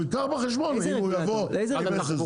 הוא ייקח בחשבון אם הוא יבוא --- את זה.